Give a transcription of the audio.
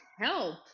help